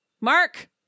Mark